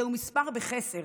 זהו מספר בחסר.